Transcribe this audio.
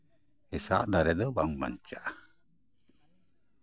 ᱦᱮᱸᱥᱟᱜ ᱫᱟᱨᱮ ᱫᱚ ᱵᱟᱝ ᱵᱟᱧᱪᱟᱜᱼᱟ